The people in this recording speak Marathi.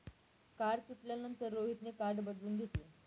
कार्ड तुटल्यानंतर रोहितने कार्ड बदलून घेतले